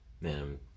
man